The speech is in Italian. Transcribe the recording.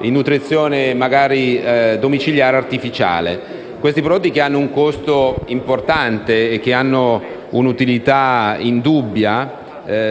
in nutrizione domiciliare artificiale. Questi prodotti, che hanno un costo importante e un'utilità indubbia,